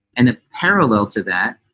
and a parallel to that,